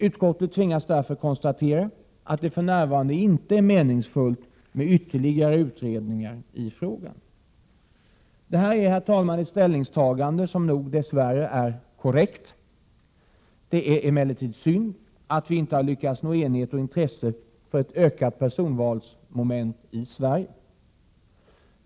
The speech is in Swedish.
Utskottet tvingas därför konstatera att det för närvarande inte är meningsfullt med ytterligare utredningar i frågan. Det är, herr talman, ett ställningstagande som nog dess värre är korrekt. Det är emellertid synd att vi inte har lyckats nå enighet och intresse för ett ökat personvalsmoment i Sverige.